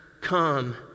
come